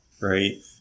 right